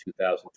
2020